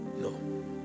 no